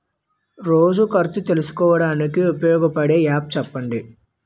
రోజు ఖర్చు తెలుసుకోవడానికి ఉపయోగపడే యాప్ చెప్పండీ?